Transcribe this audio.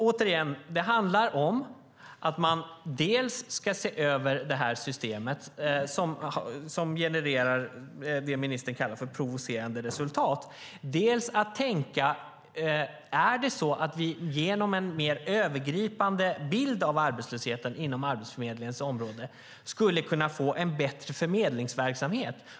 Återigen: Det handlar om att man dels ska se över systemet som genererar det ministern kallar för provocerande resultat, dels tänka på om vi genom en mer övergripande bild av arbetslösheten inom Arbetsförmedlingens område skulle kunna få en bättre förmedlingsverksamhet.